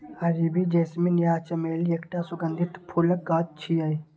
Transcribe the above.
अरबी जैस्मीन या चमेली एकटा सुगंधित फूलक गाछ छियै